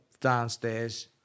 downstairs